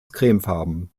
cremefarben